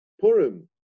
Purim